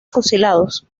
fusilados